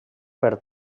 per